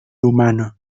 humano